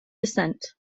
descent